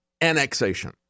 annexation